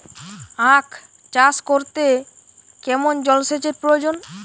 আখ চাষ করতে কেমন জলসেচের প্রয়োজন?